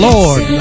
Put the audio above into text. Lord